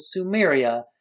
Sumeria